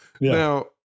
Now